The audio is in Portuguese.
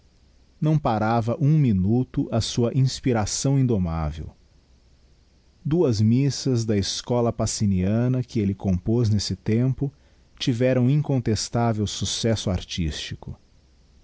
não parava um minuto a sua inspiração indomável duas missas da escola passiniana que elle compoz nesse tempo tiveram incontestável successo artístico